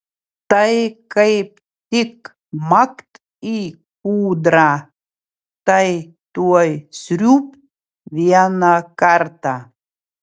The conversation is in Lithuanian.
tai kaip tik makt į kūdrą tai tuoj sriūbt vieną kartą